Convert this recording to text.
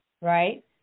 Right